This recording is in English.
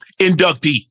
inductee